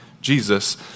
Jesus